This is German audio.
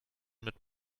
mit